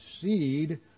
seed